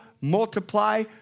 multiply